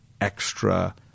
extra